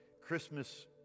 Christmas